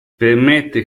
permette